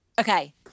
Okay